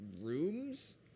rooms